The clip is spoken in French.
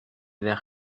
vers